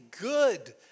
good